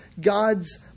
God's